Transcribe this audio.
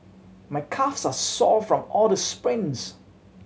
my calves are sore from all the sprints